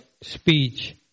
speech